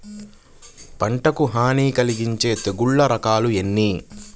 పంటకు హాని కలిగించే తెగుళ్ళ రకాలు ఎన్ని?